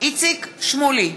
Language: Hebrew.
איציק שמולי,